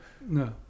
No